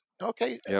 Okay